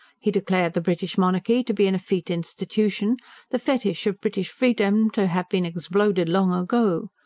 he declared the british monarchy to be an effete institution the fetish of british freedom to have been exbloded long ago.